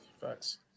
Facts